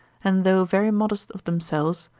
and though very modest of themselves,